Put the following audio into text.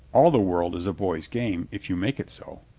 all the world is a boy's game, if you make it so.